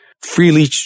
freely